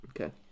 Okay